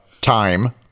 time